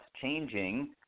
changing